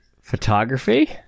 photography